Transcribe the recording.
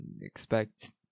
expect